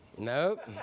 Nope